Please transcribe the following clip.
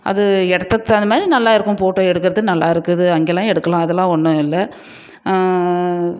அது இடத்துக்கு தகுந்த மாதிரி நல்லா இருக்கும் ஃபோட்டோ எடுக்கிறது நல்லா இருக்குது அங்கேயெலாம் எடுக்கலாம் அதெலாம் ஒன்றும் இல்லை